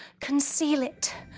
conceal it,